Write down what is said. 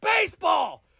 baseball